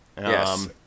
yes